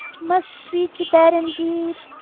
must we to bed indeed?